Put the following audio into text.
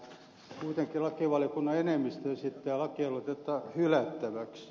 kuitenkin lakivaliokunnan enemmistö esittää lakialoitetta hylättäväksi